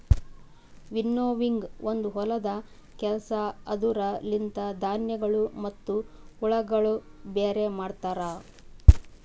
winnowing ಒಂದು ಹೊಲದ ಕೆಲಸ ಅದುರ ಲಿಂತ ಧಾನ್ಯಗಳು ಮತ್ತ ಹುಳಗೊಳ ಬ್ಯಾರೆ ಮಾಡ್ತರ